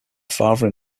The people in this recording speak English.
father